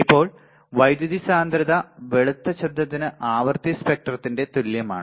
ഇപ്പോൾ വൈദ്യുതി സാന്ദ്രത വെളുത്ത ശബ്ദത്തിന് ആവൃത്തി സ്പെക്ട്രത്തിന് തുല്യമാണ്